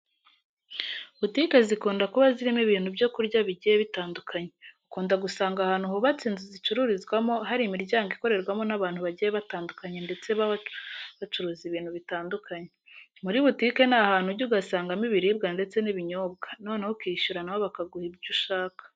Butike zikunda kuba zirimo ibintu byo kurya bigiye bitandukanye. Ukunda gusanga ahantu hubatse inzu zicururizwamo hari imiryango ikorerwamo n'abantu bagiye batandukanye ndetse baba bacuruza ibintu bitandukanye. Muri butike ni ahantu ujya ugasangamo ibiribwa ndetse n'ibinyobwa, noneho ukishyura na bo bakaguha ibyo ushaka.